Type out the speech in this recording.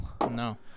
No